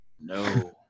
No